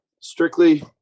strictly